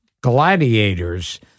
gladiators